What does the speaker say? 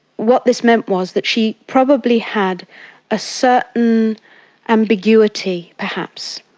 what this meant was that she probably had a certain ambiguity, perhaps,